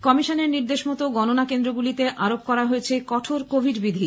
কমিশনের নির্দেশ মতো গণনা কেন্দ্রগুলিতে আরোপ করা হয়েছে কঠোর কোভিড বিধি